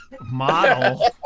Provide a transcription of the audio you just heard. model